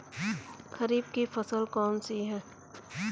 खरीफ की फसल कौन सी है?